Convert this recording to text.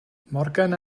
morgan